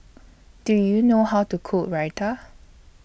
Do YOU know How to Cook Raita